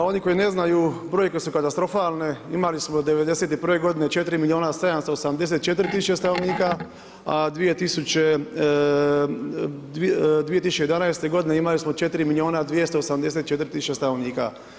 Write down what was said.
Oni koji ne znaju, brojke su katastofalne, imali smo 1991. godine od 4 milijuna 784 stanovnika, a 2011. godine imali smo 4 milijuna 284 tisuće stanovnika.